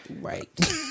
Right